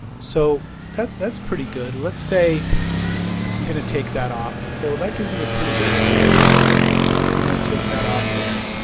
so that's that's pretty good. let's say i'm going to take that off let's say well that gives me a pretty good idea i'm going to take that off there.